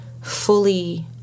fully